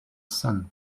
sun